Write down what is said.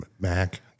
Mac